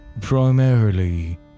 primarily